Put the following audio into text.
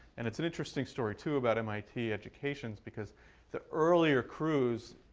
and it's an interesting story too about mit educations, because the earlier crews